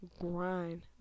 grind